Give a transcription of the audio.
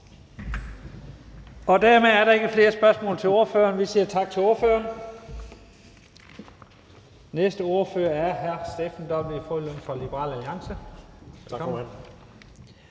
Dermed er der ikke flere spørgsmål til ordføreren. Vi siger tak til ordføreren. Næste ordfører er hr. Steffen W. Frølund fra Liberal Alliance. Værsgo. Kl.